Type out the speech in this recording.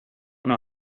know